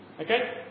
Okay